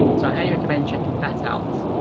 so i highly recommend checking that out.